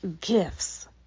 gifts